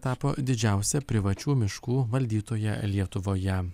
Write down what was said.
tapo didžiausia privačių miškų valdytoja lietuvoje